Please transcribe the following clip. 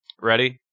ready